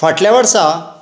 फाटल्या वर्सा